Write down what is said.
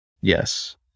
Yes